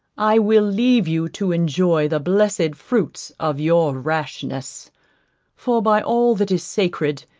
i will leave you to enjoy the blessed fruits of your rashness for by all that is sacred,